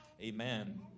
Amen